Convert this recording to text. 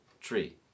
tree